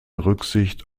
rücksicht